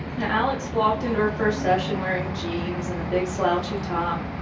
now alex walked into her first session wearing jeans and a big slouchy top,